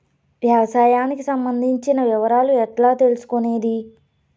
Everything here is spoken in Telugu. వ్యవసాయానికి సంబంధించిన వివరాలు ఎట్లా తెలుసుకొనేది?